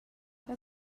quei